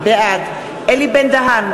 בעד אלי בן-דהן,